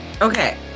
Okay